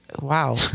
wow